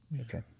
okay